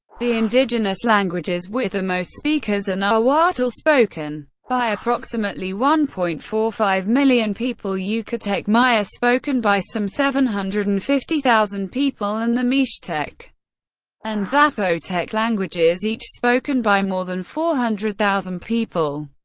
the indigenous languages with the most speakers are nahuatl, spoken by approximately one point four five million people, yukatek maya spoken by some seven hundred and fifty thousand people and the mixtec and zapotec languages, each spoken by more than four hundred thousand people.